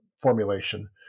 formulation